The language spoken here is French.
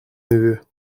neveu